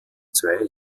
zwei